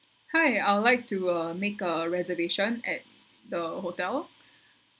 hi I would like to uh make a reservation at the hotel